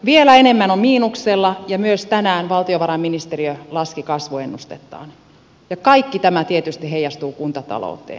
vielä enemmän on miinuksella ja myös tänään valtiovarainministeriö laski kasvuennustettaan ja kaikki tämä tietysti heijastuu kuntatalouteen